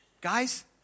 Guys